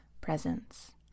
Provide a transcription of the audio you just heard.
presence